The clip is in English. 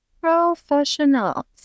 professionals